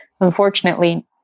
unfortunately